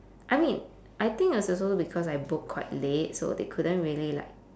I mean I think it was also because I booked quite late so they couldn't really like